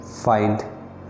find